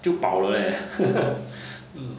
就饱了 leh